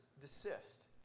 desist